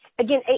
Again